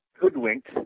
hoodwinked